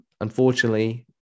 unfortunately